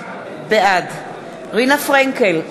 בעד רינה פרנקל,